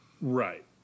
Right